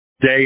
day